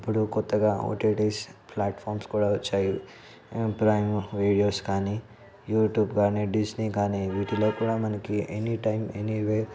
ఇప్పుడు కొత్తగా OTTs platforms కూడా వచ్చాయి ప్రైమ్ వీడియోస్ కానీ యూట్యూబ్ కానీ డిస్నీ కానీ వీటిలో కూడా మనకి ఎనీ టైం ఎనీవే